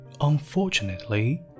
Unfortunately